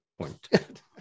point